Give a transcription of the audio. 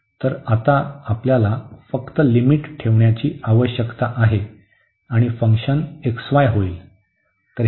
तर आता आपल्याला फक्त लिमिट ठेवण्याची आवश्यकता आहे आणि फंक्शन xy होईल